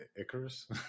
Icarus